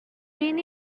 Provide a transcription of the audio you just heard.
been